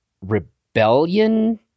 rebellion